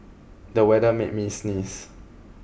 the weather made me sneeze